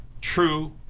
true